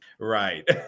Right